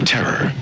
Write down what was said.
Terror